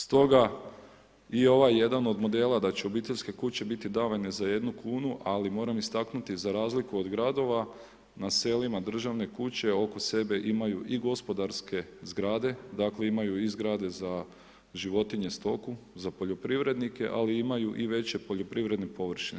Stoga i ovaj jedan od modela da će obiteljske kuće biti davane za jednu kunu ali moram istaknuti za razliku od gradova, na selima državne kuće oko sebe imaju i gospodarske zgrade, dakle imaju i zgrade za životinje, stoku, za poljoprivrednike, ali imaju i veće poljoprivredne površine.